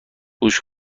گوش